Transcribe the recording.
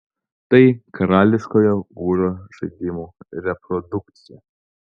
tai karališkojo ūro žaidimo reprodukcija